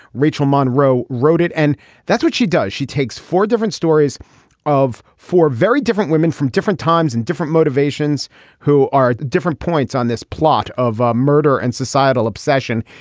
rachel monroe wrote it and that's what she does. she takes four different stories of four very different women from different times and different motivations who are different points on this plot of ah murder and societal obsession.